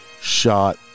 shot